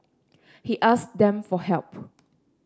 he asked them for help